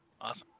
Awesome